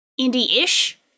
indie-ish